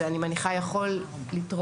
זה אני מניחה יכול לתרום.